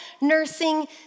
nursing